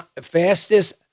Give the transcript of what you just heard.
fastest